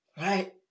right